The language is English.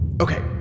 Okay